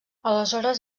aleshores